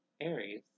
Aries